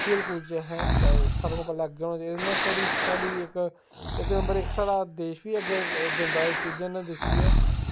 खेढ कुद्द च असें सारें कोला अग्गें होना चाहिदा इ'यां थुहाड़ी साढ़ी इक इक नंबर इक साढ़ा देश बी अग्गें जंदा एह् चीजां नै दिक्खियै